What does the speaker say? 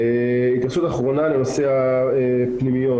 התייחסות אחרונה לנושא הפנימיות.